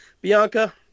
Bianca